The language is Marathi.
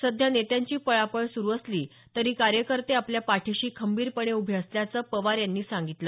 सध्या नेत्यांची पळापळ सुरू असली तरी कार्यकर्ते आपल्या पाठीशी खंबीरपणे उभे असल्याचं पवार यांनी सांगितलं